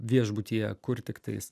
viešbutyje kur tiktais